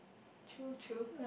true true